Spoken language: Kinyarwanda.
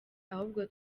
ahubwo